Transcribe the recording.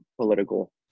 political